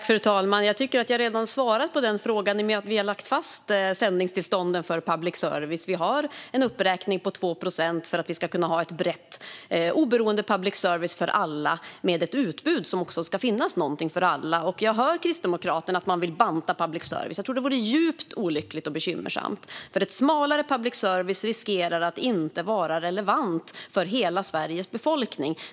Fru talman! Jag tycker att jag redan har svarat på den frågan i och med att vi har lagt fast sändningstillstånden för public service. Vi har en uppräkning på 2 procent för att kunna ha ett brett och oberoende public service för alla och som har ett utbud där det ska finnas någonting för alla. Jag hör att Kristdemokraterna vill banta public service. Det vore djupt olyckligt och bekymmersamt. Ett smalare public service riskerar att inte vara relevant för hela Sveriges befolkning.